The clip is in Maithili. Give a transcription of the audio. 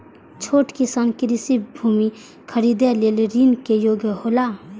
छोट किसान कृषि भूमि खरीदे लेल ऋण के योग्य हौला?